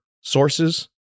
sources